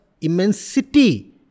immensity